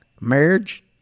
marriage